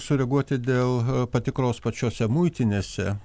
sureaguoti dėl patikros pačiose muitinėse